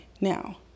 now